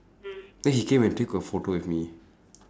then he came and take a photo with me